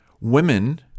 women